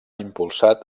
impulsat